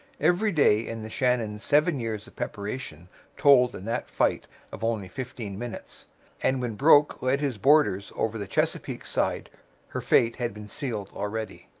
every day in the shannon's seven years of preparation told in that fight of only fifteen minutes and when broke led his boarders over the chesapeake's side her fate had been sealed already.